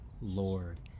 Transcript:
lord